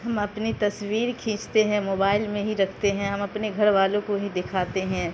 ہم اپنی تصویر کھیچتے ہیں موبائل میں ہی رکھتے ہیں ہم اپنے گھر والوں کو ہی دکھاتے ہیں